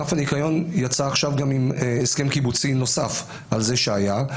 ענף הניקיון יצא עכשיו גם עם הסכם קיבוצי נוסף על זה שהיה,